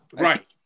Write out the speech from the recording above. Right